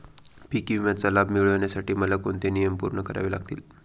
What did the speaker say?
पीक विम्याचा लाभ मिळण्यासाठी मला कोणते नियम पूर्ण करावे लागतील?